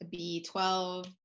B12